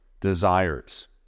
desires